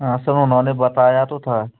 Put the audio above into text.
हाँ सर उन्होनें बताया तो था